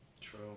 True